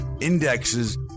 indexes